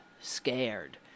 scared